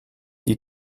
die